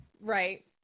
right